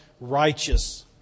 righteous